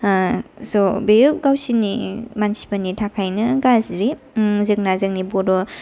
स' बियो गावसिनि मानसिफोरनि थाखायनो गाज्रि जोंना जोंनि बड'